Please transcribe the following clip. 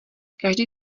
každý